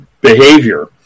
behavior